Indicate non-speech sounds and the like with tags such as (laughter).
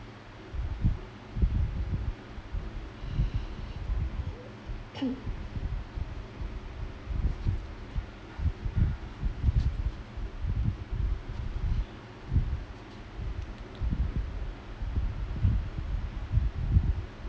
(coughs)